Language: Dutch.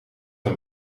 een